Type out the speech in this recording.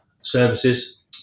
services